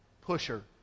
pusher